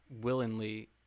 willingly